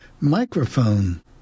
microphone